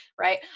right